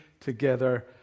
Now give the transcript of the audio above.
together